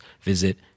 visit